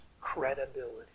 credibility